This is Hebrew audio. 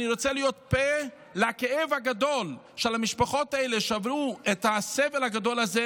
אני רוצה להיות פה לכאב הגדול של המשפחות האלה שעברו את הסבל הגדול הזה,